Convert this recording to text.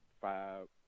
five